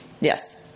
Yes